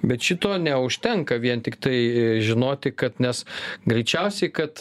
bet šito neužtenka vien tiktai žinoti kad nes greičiausiai kad